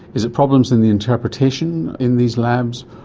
is it problems in the interpretation in these labs,